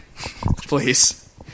please